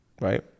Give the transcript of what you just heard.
right